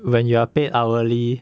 when you are paid hourly